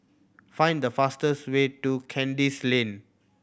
find the fastest way to Kandis Lane